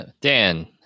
Dan